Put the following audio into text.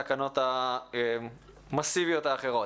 תוקף התקנות שקשורות לעזרה ראשונה בבתי הספר.